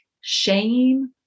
shame